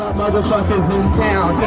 motherfuckers in town